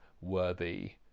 worthy